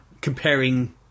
comparing